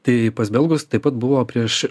tai pas belgus taip pat buvo prieš